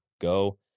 go